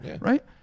right